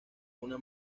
una